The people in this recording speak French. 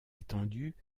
étendus